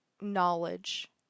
knowledge